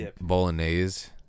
bolognese